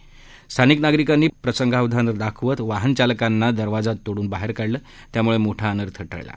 यावेळी स्थानिक नागरिकांनी प्रसंगावधान दाखवत वाहन चालकांना दरवाजा तोडून बाहेर काढलं त्यामुळे मोठा अनर्थ टळला